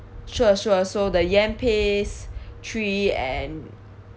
sure sure so the yam paste three and